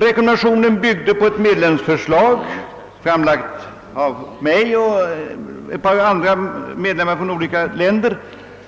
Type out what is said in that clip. Rekommendationen byggde på ett medlemsförslag framlagt av mig själv och ett par andra medlemmar från olika länder